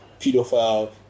pedophile